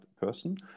person